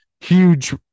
huge